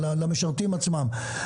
למשרתים עצמם.